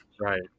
Right